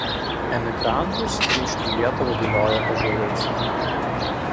emigrantus grįžti į lietuvą vilioja ąžuolais